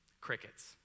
Crickets